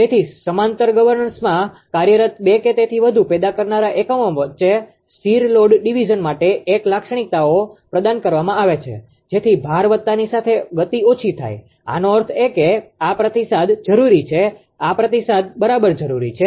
તેથી સમાંતર ગવર્નર્સમાં કાર્યરત બે કે તેથી વધુ પેદા કરનારા એકમો વચ્ચે સ્થિર લોડ ડિવિઝન માટે એક લાક્ષણિકતાઓ પ્રદાન કરવામાં આવે છે જેથી ભાર વધતાની સાથે ગતિ ઓછી થાય આનો અર્થ એ કે આ પ્રતિસાદ જરૂરી છે આ પ્રતિસાદ બરાબર જરૂરી છે